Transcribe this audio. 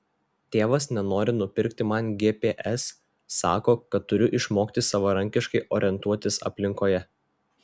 tėvas nenori nupirkti man gps sako kad turiu išmokti savarankiškai orientuotis aplinkoje